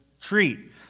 treat